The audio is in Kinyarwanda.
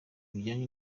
bijyanye